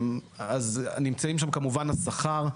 אז נמצאים שם כמובן השכר.